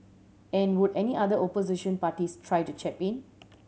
and would any other opposition parties try to chap in